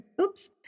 Oops